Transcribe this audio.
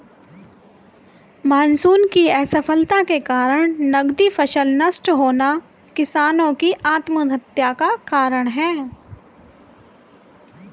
monsoon की असफलता के कारण नकदी फसल नष्ट होना किसानो की आत्महत्या का कारण है